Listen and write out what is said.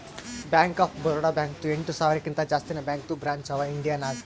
bank of Baroda ಬ್ಯಾಂಕ್ದು ಎಂಟ ಸಾವಿರಕಿಂತಾ ಜಾಸ್ತಿನೇ ಬ್ಯಾಂಕದು ಬ್ರ್ಯಾಂಚ್ ಅವಾ ಇಂಡಿಯಾ ನಾಗ್